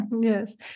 Yes